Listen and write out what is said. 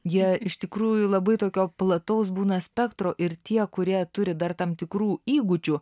jie iš tikrųjų labai tokio plataus būna spektro ir tie kurie turi dar tam tikrų įgūdžių